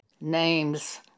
name's